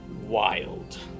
wild